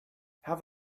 have